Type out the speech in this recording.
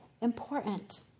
important